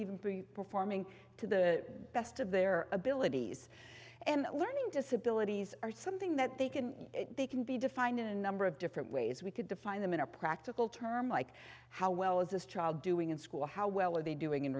even be performing to the best of their abilities and learning disabilities are something that they can they can be defined in a number of different ways we could define them in a practical terms like how well is this child doing in school how well are they doing in